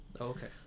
Okay